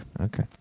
Okay